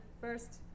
first